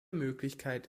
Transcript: möglichkeit